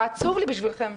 ועצוב לי בשבילכם.